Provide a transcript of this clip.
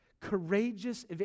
Courageous